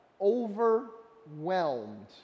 overwhelmed